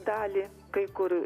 dalį kai kur